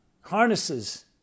harnesses